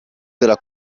della